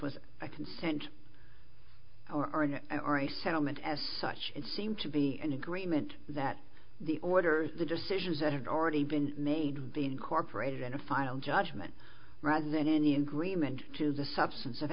was a consent or an ira settlement as such it seemed to be an agreement that the orders the decisions that had already been made be incorporated in a final judgment rather than any agreement to the substance of